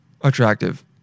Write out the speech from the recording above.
attractive